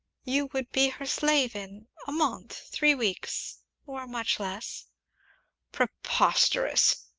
you would be her slave in a month three weeks or much less preposterous!